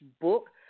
book